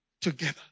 together